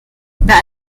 bei